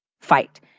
fight